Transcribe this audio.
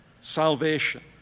salvation